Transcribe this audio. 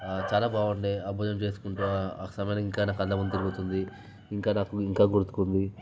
చాలా బాగుండే ఆ భోజనం చేసుకుంటూ ఆ ఇంకా నా కళ్ళముందు తిరుగుతుంది ఇంకా నాకు ఇంకా గుర్తుకు ఉంది